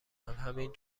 همین